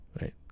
right